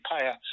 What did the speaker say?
payer